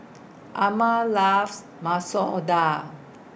Amma loves Masoor Dal